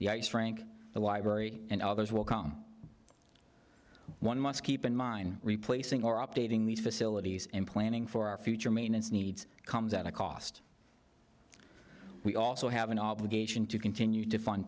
the ice rink the library and others will come one must keep in mind replacing or updating these facilities in planning for our future maintenance needs comes at a cost we also have an obligation to continue